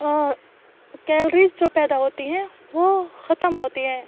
calories جو پیدا ہوتی ہیں وہ ختم ہوتی ہیں